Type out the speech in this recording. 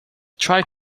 tried